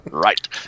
Right